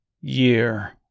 Year